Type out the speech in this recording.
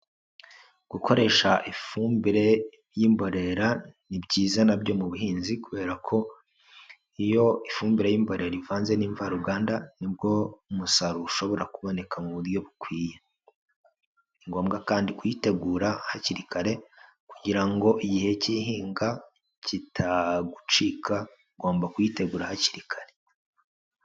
Gukoresha ifumbire y'imborera ni byiza na byo mu buhinzi kubera ko iyo ifumbire y'imborera ivanze n'imvaruganda ni bwo umusaruro ushobora kuboneka mu buryo bukwiye, ni ngombwa kandi kuyitegura hakiri kare kugira ngo igihe cy'ihinga kitagucika, ugomba kuyitegura hakiri kare.